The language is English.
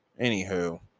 Anywho